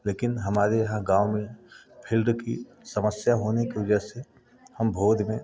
लेकिन हमारे यहाँ गाँव में फील्ड की समस्या होने की वजह से हम भोर में